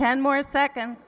ten more second